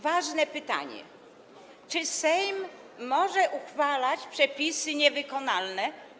Ważne pytanie: Czy Sejm może uchwalać przepisy niewykonalne?